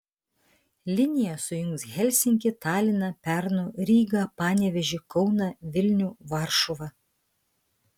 linija sujungs helsinkį taliną pernu rygą panevėžį kauną vilnių varšuvą